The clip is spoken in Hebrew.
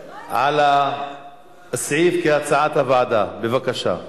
על העבודה המסורה והמקצועית בקידומו של חוק חשוב זה.